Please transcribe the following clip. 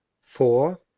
four